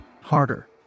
Harder